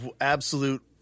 absolute